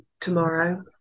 tomorrow